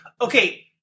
Okay